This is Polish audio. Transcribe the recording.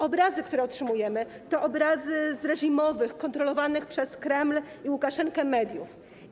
Obrazy, które otrzymujemy, to obrazy z reżimowych, kontrolowanych przez Kreml i Łukaszenkę mediów.